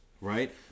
right